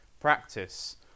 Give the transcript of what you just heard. practice